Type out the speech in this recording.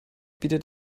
bietet